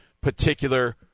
particular